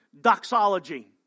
Doxology